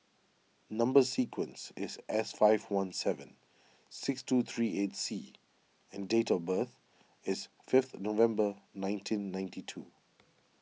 Number Sequence is S five one seven six two three eight C and date of birth is fifth November nineteen ninety two